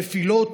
נפילות,